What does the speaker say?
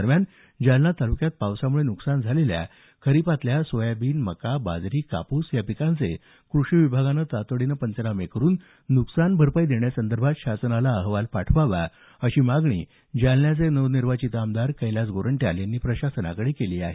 दरम्यान जालना तालुक्यात पावसामुळे नुकसान झालेल्या खरिपातल्या सोयाबीन मका बाजरी कापूस या पिकांचे कृषी विभागानं तातडीनं पंचनामे करून नुकसान भरपाई देण्यासंदर्भात शासनाला अहवाल पाठवावा अशी मागणी जालन्याचे नवनिर्वाचित आमदार कैलास गोरंट्याल यांनी प्रशासनाकडे केली आहे